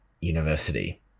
University